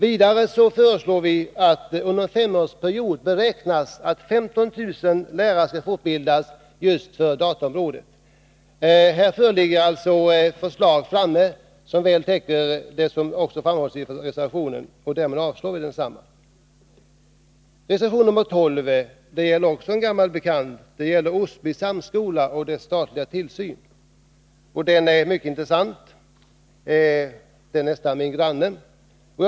Vidare föreslås att 15 000 lärare skall fortbildas inom dataområdet under en femårsperiod. Här föreligger alltså förslag som väl täcker det som yrkas i reservationen, och utskottet har därför avstyrkt kraven som ligger till grund för densamma. Reservation 12 gäller en gammal bekant fråga, nämligen Osby samskola och den statliga tillsynen över den. Också det är en mycket intressant fråga, och skolan kan f. ö. sägas vara nästan granne till mig.